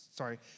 Sorry